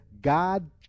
God